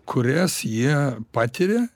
kurias jie patiria